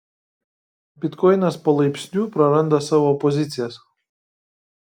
bitkoinas palaipsniui praranda savo pozicijas